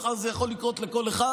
מחר זה יכול לקרות לכל אחד,